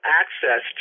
access